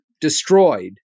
destroyed